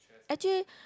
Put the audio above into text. actually